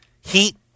Heat